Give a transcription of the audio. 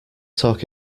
talk